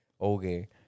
Okay